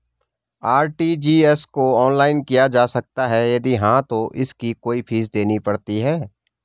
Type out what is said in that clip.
RTGS को online किया जा सकता है यदि हाँ तो इसकी कोई फीस देनी पड़ती है?